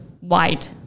wide